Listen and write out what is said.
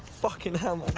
fuckin' hell,